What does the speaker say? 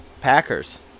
Packers